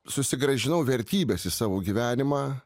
susigrąžinau vertybes į savo gyvenimą